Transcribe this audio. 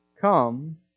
Come